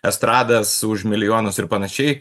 estradas už milijonus ir panašiai